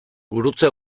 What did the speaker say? gurutze